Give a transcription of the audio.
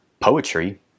Poetry